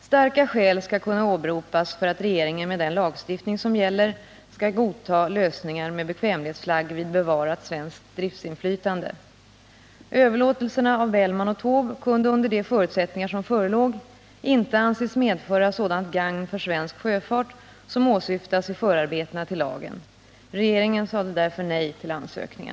Starka skäl skall kunna åberopas för att regeringen med den lagstiftning som gäller skall godta lösningar med bekvämlighetsflagg vid bevarat svenskt driftsinflytande. Överlåtelserna av Bellman och Taube kunde under de förutsättningar som förelåg inte anses medföra sådant gagn för svensk sjöfart som åsyftas i förarbetena till lagen. Regeringen sade därför nej till ansökningen.